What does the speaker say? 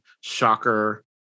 Shocker